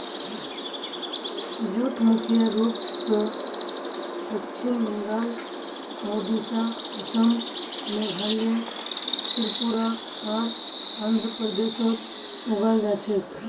jute मुख्य रूप स पश्चिम बंगाल, ओडिशा, असम, मेघालय, त्रिपुरा आर आंध्र प्रदेशत उगाल जा छेक